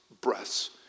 breaths